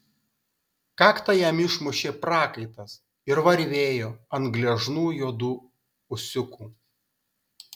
kaktą jam išmušė prakaitas ir varvėjo ant gležnų juodų ūsiukų